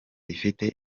ifite